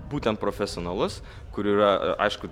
būtent profesionalus kur yra aišku